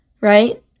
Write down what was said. right